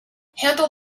handle